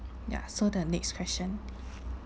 ya so the next question